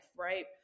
right